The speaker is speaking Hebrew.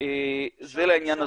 זה לעניין הזה.